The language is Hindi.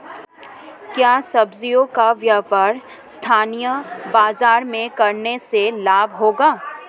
क्या सब्ज़ियों का व्यापार स्थानीय बाज़ारों में करने से लाभ होगा?